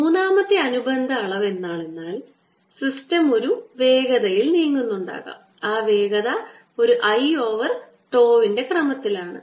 മൂന്നാമത്തെ അനുബന്ധ അളവ് എന്താണെന്നാൽ സിസ്റ്റം ഒരു വേഗതയിൽ നീങ്ങുന്നുണ്ടാകാം ആ വേഗത ഒരു l ഓവർ τ വിന്റെ ക്രമത്തിലാണ്